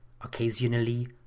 Occasionally